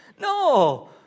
no